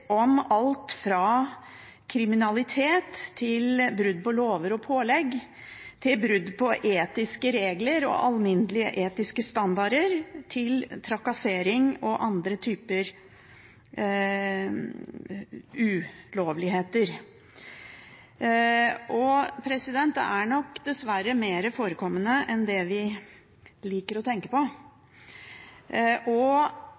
om kriminalitet, brudd på lover og pålegg, brudd på etiske regler og alminnelige etiske standarder, trakassering og andre typer ulovligheter, og det forekommer nok dessverre oftere enn det vi liker å tenke på. Og